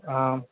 आं